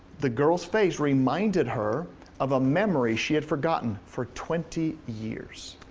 the girl's face reminded her of a memory she had forgotten for twenty years.